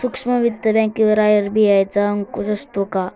सूक्ष्म वित्त बँकेवर आर.बी.आय चा अंकुश असतो का?